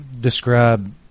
describe